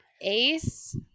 Ace